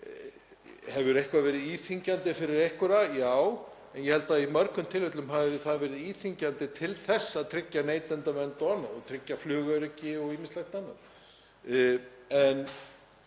Hefur eitthvað verið íþyngjandi fyrir einhverja? Já, en ég held að í mörgum tilfellum hafi það verið íþyngjandi til þess að tryggja neytendavernd og annað, tryggja flugöryggi og ýmislegt annað.